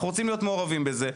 אנחנו רוצים להיות מעורבים בזה.